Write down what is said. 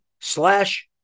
slash